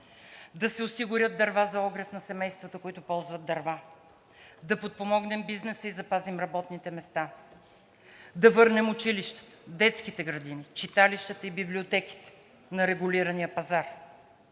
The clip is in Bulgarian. да се осигурят дърва за огрев на семействата, които ползват дърва, да подпомогнем бизнеса и запазим работните места, да върнем училищата, детските градини, читалищата и библиотеките на регулирания пазар,